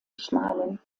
schmalen